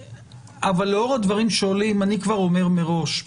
אבל לאור דברים שעולים אני כבר אומר מראש,